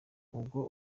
ubwo